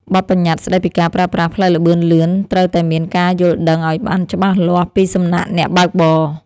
បទប្បញ្ញត្តិស្ដីពីការប្រើប្រាស់ផ្លូវល្បឿនលឿនត្រូវតែមានការយល់ដឹងឱ្យបានច្បាស់លាស់ពីសំណាក់អ្នកបើកបរ។